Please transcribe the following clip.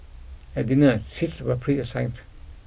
at dinner seats were preassigned